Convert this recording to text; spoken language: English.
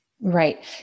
Right